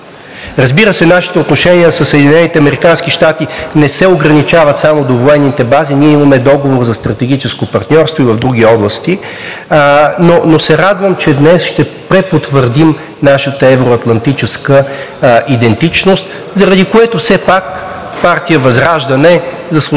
Разбира се, нашите отношения със САЩ не се ограничават само до военните бази, а ние имаме договор за стратегическо партньорство и в други области, но се радвам, че днес ще препотвърдим нашата евро-атлантическа идентичност, заради което все пак партия ВЪЗРАЖДАНЕ заслужава